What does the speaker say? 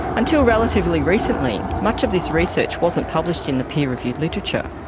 until relatively recently, much of this research wasn't published in the peer-reviewed literature.